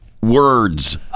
words